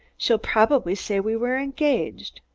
she'll probably say we're engaged.